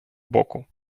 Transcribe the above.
боку